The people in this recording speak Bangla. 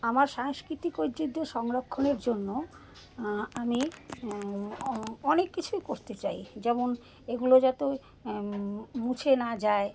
আমার সাংস্কৃতিক ঐতিহ্য সংরক্ষণের জন্য আমি অনেক কিছুই করতে চাই যেমন এগুলো যাতে মুছে না যায়